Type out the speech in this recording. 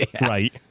Right